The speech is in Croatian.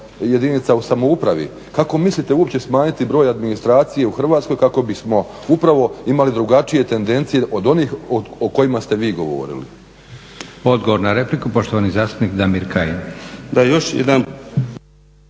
jedinica u samoupravi. Kako mislite uopće smanjiti broj administracije u Hrvatskoj kako bismo upravo imali drugačije tendencije od onih o kojima ste vi govorili. **Leko, Josip (SDP)** Odgovor na repliku, poštovani zastupnik Damir Kajin. **Kajin,